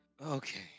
okay